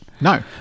No